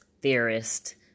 theorist